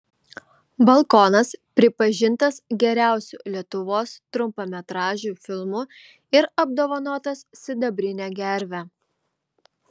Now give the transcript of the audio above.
balkonas pripažintas geriausiu lietuvos trumpametražiu filmu ir apdovanotas sidabrine gerve